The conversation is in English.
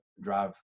drive